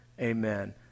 amen